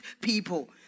people